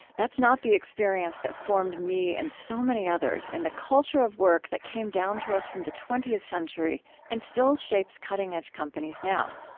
that's not the experience that formed me and so many others in the culture of work that came down to us from the twentieth century and still shapes cutting-edge companies now.